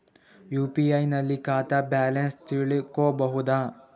UPI ನಲ್ಲಿ ಖಾತಾ balance ತಿಳಕೊ ಬಹುದಾ?